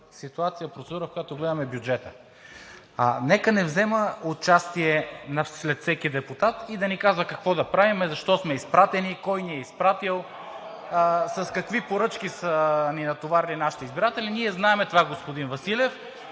ситуация на процедура, в която гледаме бюджета, нека не взема участие след всеки депутат и да ни казва какво да правим, защо сме изпратени, кой ни е изпратил, с какви поръчки са ни натоварили нашите избиратели. Ние знаем това, господин Василев,